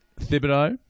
Thibodeau